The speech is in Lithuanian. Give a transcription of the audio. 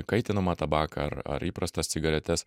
kaitinamą tabaką ar ar įprastas cigaretes